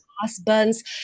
husbands